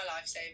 lifesaver